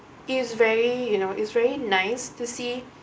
is very you know it's very nice to see